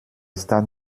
stadt